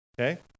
okay